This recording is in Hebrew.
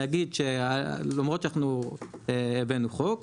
נגיד שלמרות שאנחנו הבנו חוק,